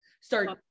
start